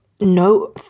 no